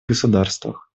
государствах